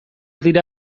dira